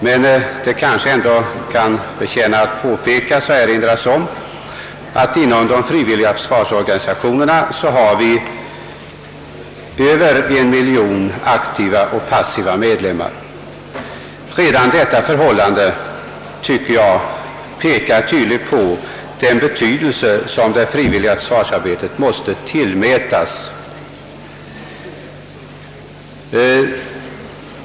Kanske kan det ändå förtjäna att erinras om att de frivilliga försvarsorganisationerna har över en miljon aktiva och passiva medlemmar. Redan detta förhållande pekar tydligt på den betydelse som det frivilliga försvarsarbetet måste tillmätas.